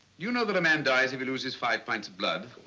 you know that a man dies if he loses five pints of blood?